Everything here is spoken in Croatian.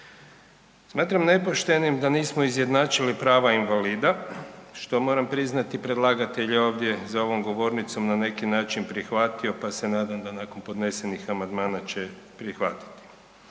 Smatram nepoštenim da nismo izjednačili prava invalida, što moram priznati predlagatelj je ovdje za ovom govornicom na neki način prihvatio pa se nadam da nakon podnesenih amandmana će prihvatiti.